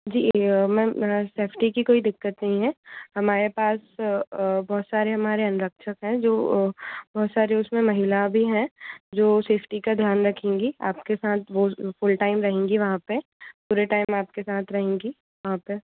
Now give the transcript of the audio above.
जी ma'am safety की कोई दिक्कत नहीं है हमारे पास बहुत सारे हमारे अंगरक्षक है जो बहुत सारी उस में महिलाएँ भी हैं जो सेफ्टी का ध्यान रखेंगे आपके साथ वो फुल टाइम रहेंगे वहाँ पर पूरे टाइम आपके साथ रहेंगी वहाँ पर